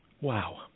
Wow